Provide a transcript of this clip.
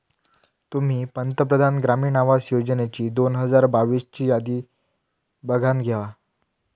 तुम्ही पंतप्रधान ग्रामीण आवास योजनेची दोन हजार बावीस ची यादी बघानं घेवा